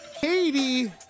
Katie